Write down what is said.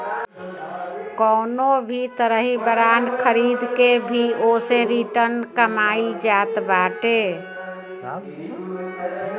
कवनो भी तरही बांड खरीद के भी ओसे रिटर्न कमाईल जात बाटे